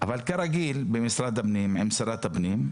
אבל כרגיל במשרד הפנים עם שרת הפנים,